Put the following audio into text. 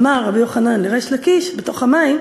אמר רבי יוחנן לריש לקיש בתוך המים,